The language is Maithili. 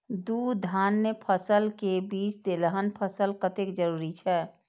दू धान्य फसल के बीच तेलहन फसल कतेक जरूरी छे?